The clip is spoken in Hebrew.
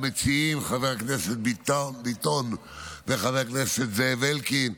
למציעים, חבר הכנסת ביטון וחבר הכנסת זאב אלקין,